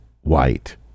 white